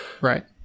Right